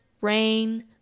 rain